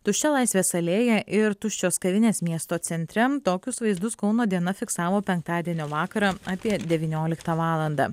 tuščia laisvės alėja ir tuščios kavinės miesto centre tokius vaizdus kauno diena fiksavo penktadienio vakarą apie devynioliktą valandą